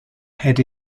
head